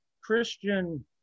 Christian